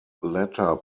latter